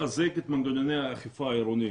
לחזק את מנגנוני האכיפה העירוניים.